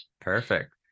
Perfect